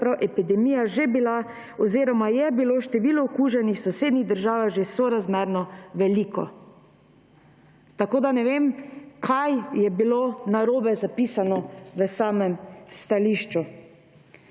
je bilo število okuženih v sosednjih državah že sorazmerno veliko.« Tako da ne vem, kaj je bilo narobe zapisano v samem stališču.